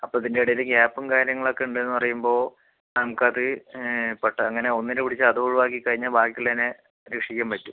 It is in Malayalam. അപ്പം ഇതിൻ്റെ ഇടയിൽ ഗ്യാപ്പും കാര്യങ്ങളൊക്കെ ഉണ്ടെന്ന് പറയുമ്പോൾ നമുക്ക് അത് പട്ട അങ്ങനെ ഒന്നിന് പിടിച്ചാൽ അത് ഒഴിവാക്കി കഴിഞ്ഞാൽ ബാക്കി ഉള്ളതിനെ രക്ഷിക്കാൻ പറ്റും